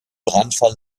brandfall